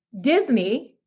Disney